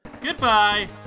Goodbye